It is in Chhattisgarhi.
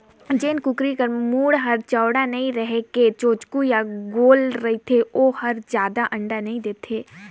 जेन कुकरी के मूढ़ हर चउड़ा नइ रहि के चोचकू य गोल रथे ओ हर जादा अंडा नइ दे